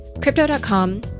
Crypto.com